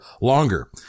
longer